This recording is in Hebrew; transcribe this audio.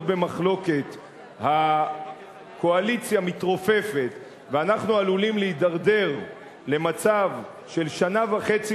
במחלוקת הקואליציה מתרופפת ואנחנו עלולים להידרדר למצב של שנה וחצי